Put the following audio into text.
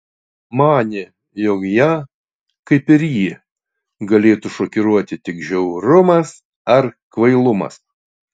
manė jog ją kaip ir jį galėtų šokiruoti tik žiaurumas ar kvailumas